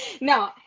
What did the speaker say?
No